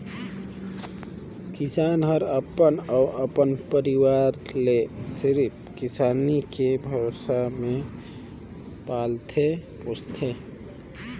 किसान हर अपन अउ अपन परवार ले सिरिफ किसानी के भरोसा मे पालथे पोसथे